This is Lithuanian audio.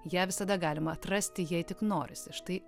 ją visada galima atrasti jei tik norisi štai